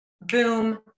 boom